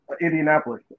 Indianapolis